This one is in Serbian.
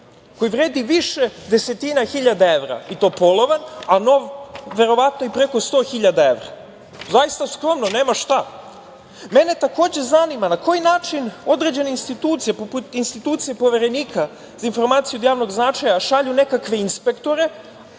koji vredi više desetina hiljada evra i to polovan, a nov verovatno i preko 100.000 evra. Zaista, skromno nema šta. Mene takođe zanima na koji način određene institucije poput institucije Poverenika za informacije od javnog značaja šalju nekakve inspektore,